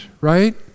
right